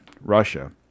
Russia